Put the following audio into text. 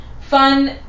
fun